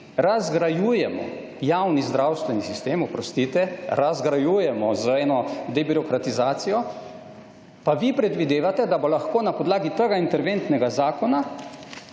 razgrajujemo javni zdravstveni sistem, oprostite, razgrajujemo z eno debirokratizacijo, pa vi predvidevate, da bo lahko na podlagi tega interventnega zakona,